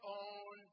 own